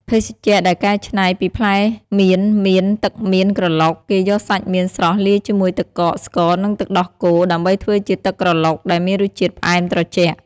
ភេសជ្ជៈដែលកែច្នៃពីផ្លែមៀនមាន ទឹកមៀនក្រឡុក គេយកសាច់មៀនស្រស់លាយជាមួយទឹកកក ស្ករ និងទឹកដោះគោដើម្បីធ្វើជាទឹកក្រឡុកដែលមានរសជាតិផ្អែមត្រជាក់។